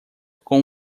com